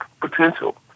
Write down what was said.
potential